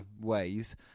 ways